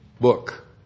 book